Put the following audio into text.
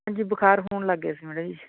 ਹਾਂਜੀ ਬੁਖਾਰ ਹੋਣ ਲੱਗ ਗਿਆ ਸੀ ਮੈਡਮ ਜੀ